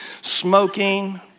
smoking